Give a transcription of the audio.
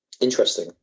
Interesting